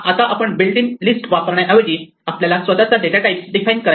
तेव्हा आता आपण बिल्ट इन लिस्ट वापरण्याऐवजी आपल्याला स्वतःचा डेटा टाइप डिफाइन करायचा आहे